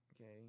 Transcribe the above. Okay